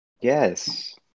Yes